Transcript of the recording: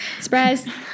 Surprise